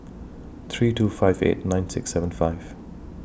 three two five eight nine six seven five